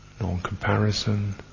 non-comparison